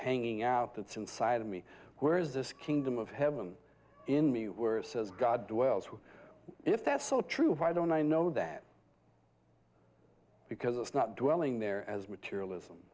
hanging out that's inside of me where is this kingdom of heaven in me where it says god dwells who if that's so true why don't i know that because it's not dwelling there as materialism